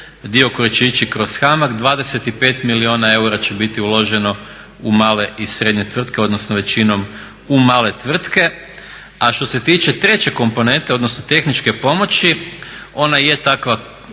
dio koji će ići kroz HAMAG 25 milijuna eura će biti uloženo u male i srednje tvrtke odnosno većinom u male tvrtke. A što se tiče treće komponente odnosno tehničke pomoći, ona je takva